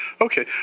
Okay